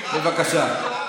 בבקשה.